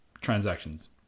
transactions